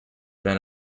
been